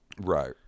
Right